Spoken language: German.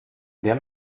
der